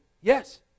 Yes